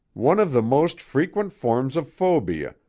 one of the most frequent forms of phobia,